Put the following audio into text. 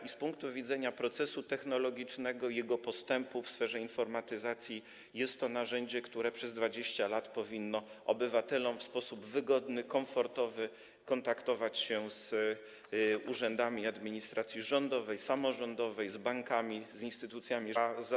I z punktu widzenia procesu technologicznego, jego postępu w sferze informatyzacji jest to narzędzie, które przez 20 lat powinno obywatelom pozwolić w sposób wygodny, komfortowy kontaktować się z urzędami administracji rządowej, samorządowej, z bankami, z instytucjami życia gospodarczego.